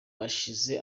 hashize